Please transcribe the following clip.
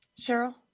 Cheryl